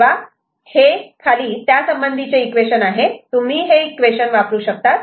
तेव्हा हे त्यासंबंधीचे इक्वेशन आहे तुम्ही हे इक्वेशन वापरू शकतात